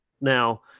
Now